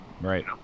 Right